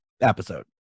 episode